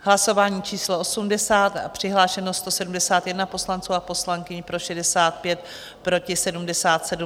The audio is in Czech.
Hlasování číslo 80, přihlášeno 171 poslanců a poslankyň, pro 65, proti 77.